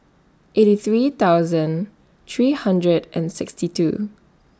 eighty three thousand three hundred and sixty two